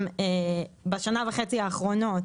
בשנה וחצי האחרונות